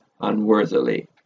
unworthily